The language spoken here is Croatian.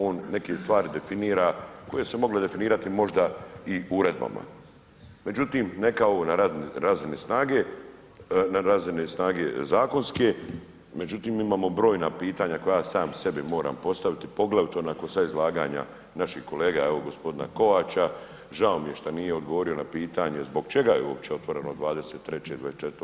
On neke stvari definira koje su se mogle definirati možda i uredbama, međutim neka ovo na razini snage, na razini snage zakonske, međutim imamo brojna pitanja koja sam sebi moram postaviti, poglavito nakon sad izlaganja naših kolega evo gospodina Kovača, žao mi je šta nije odgovorio na pitanje, zbog čega je uopće otvoreno 23., 24.